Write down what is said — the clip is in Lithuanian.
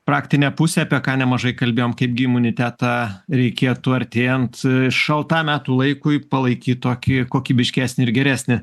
praktinę pusę apie ką nemažai kalbėjom kaipgi imunitetą reikėtų artėjant šaltam metų laikui palaikyt tokį kokybiškesnį ir geresnį